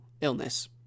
illness